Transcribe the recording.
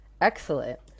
Excellent